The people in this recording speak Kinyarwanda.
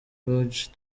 lodge